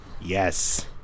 yes